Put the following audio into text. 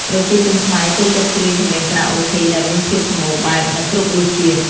ប្រជាជនខ្មែរចូលចិត្តច្រៀងចម្រៀងខារ៉ាអូខេដែលមានភាពសម្បូរបែប និងគ្រប់រសជាតិ។